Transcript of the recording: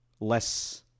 less